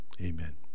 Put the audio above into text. amen